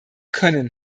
können